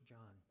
John